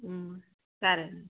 సరే అండి